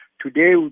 Today